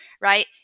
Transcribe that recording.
Right